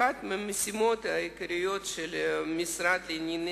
אחת המשימות העיקריות של המשרד לענייני